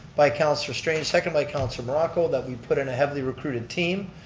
by council strange, second by council morocco, that we put in a heavily recruited team.